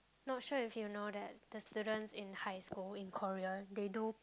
not sure if you know that the students in high school in Korea they do